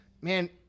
Man